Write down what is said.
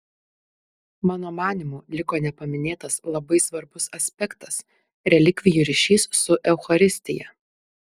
mano manymu liko nepaminėtas labai svarbus aspektas relikvijų ryšys su eucharistija